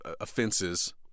offenses